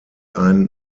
ein